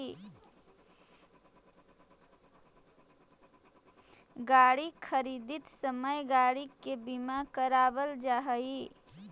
गाड़ी खरीदित समय गाड़ी के बीमा करावल जा हई